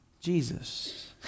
Jesus